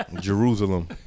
Jerusalem